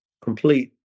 complete